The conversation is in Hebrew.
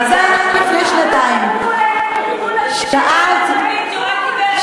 לפני שנתיים הוא העלה את